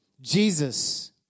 Jesus